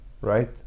right